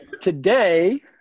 today